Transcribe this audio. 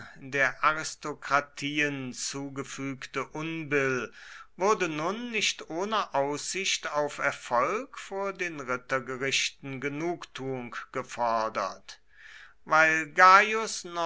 der aristokratien zugefügte unbill wurde nun nicht ohne aussicht auf erfolg vor den rittergerichten genugtuung gefordert weil